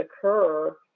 occur